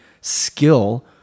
skill